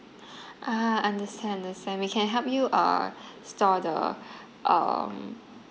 ah understand understand we can help you uh store the um